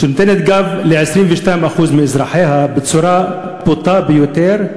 שנותנת גב ל-22% מאזרחיה בצורה בוטה ביותר,